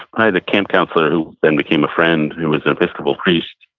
i had a camp counselor who then became a friend who was an episcopal priest.